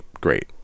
great